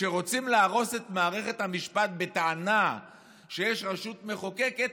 כשרוצים להרוס את מערכת המשפט בטענה שיש רשות מחוקקת,